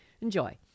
Enjoy